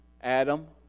Adam